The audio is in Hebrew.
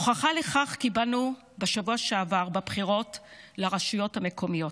הוכחה לכך קיבלנו בשבוע שעבר בבחירות לרשויות המקומיות.